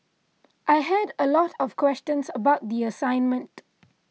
I had a lot of questions about the assignment